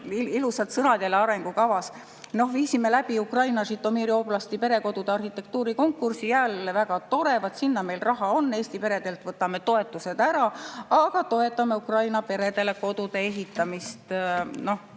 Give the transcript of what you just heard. ilusad sõnad arengukavas! Viisime läbi Ukraina Žõtomõri oblasti perekodude arhitektuurikonkursi. Jälle, väga tore! Vaat sinna meil raha on! Eesti peredelt võtame toetused ära, aga toetame Ukraina peredele kodude ehitamist.